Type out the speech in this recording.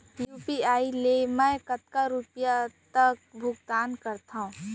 UPI ले मैं कतका रुपिया तक भुगतान कर सकथों